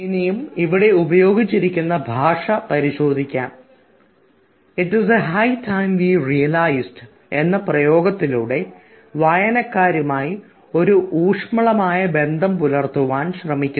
ഇനിയും ഇവിടെ ഉപയോഗിച്ചിരിക്കുന്നു ഭാഷ പരിശോധിക്കാം it is high time we realised എന്ന പ്രയോഗത്തിലൂടെ വായനക്കാരുമായി ഒരു ഊഷ്മളമായ ബന്ധം പുലർത്തുവാൻ ശ്രമിക്കുന്നു